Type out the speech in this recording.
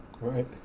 Right